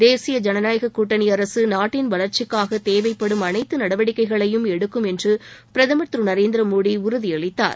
தேசிய ஜனநாயக கூட்டணி அரசு நாட்டின் வளர்ச்சிக்காக தேவைப்படும் அனைத்து நடவடிக்கைகளையும் எடுக்கும் என்று பிரதமர் திரு நரேந்திரமோடி உறுதியளித்தார்